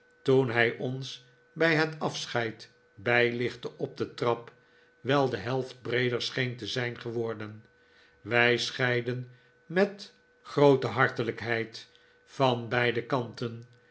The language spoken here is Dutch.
toen hij ons bij het afscheid bijlichtte op de trap wel de helft breeder scheen te zijn geworden wij scheidden met groote hartelijkheid van beide kanten